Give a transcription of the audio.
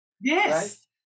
Yes